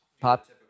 pop